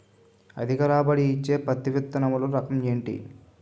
అధిక రాబడి ఇచ్చే పత్తి విత్తనములు రకం ఏంటి?